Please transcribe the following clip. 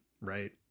right